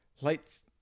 Lights